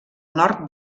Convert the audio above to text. nord